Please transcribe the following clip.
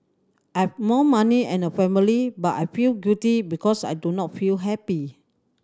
I have more money and a family but I feel guilty because I do not feel happy